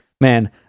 man